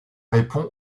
répond